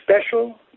special